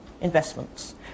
investments